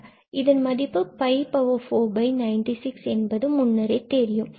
இதன் மதிப்பு 496 நமக்கு முன்னரே தெரியும்